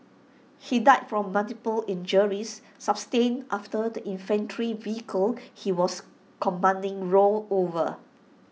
he died from multiple injuries sustained after the infantry vehicle he was commanding rolled over